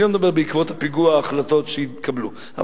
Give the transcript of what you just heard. אני לא מדבר על ההחלטות שהתקבלו בעקבות הפיגוע,